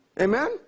Amen